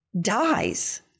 dies